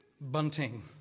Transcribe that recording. Bunting